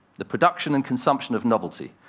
the production and consumption of novelty.